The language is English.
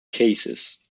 cases